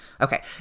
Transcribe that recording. Okay